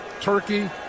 turkey